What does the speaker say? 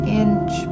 inch